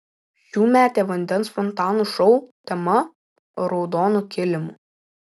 šiųmetė vandens fontanų šou tema raudonu kilimu